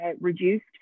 reduced